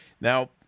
now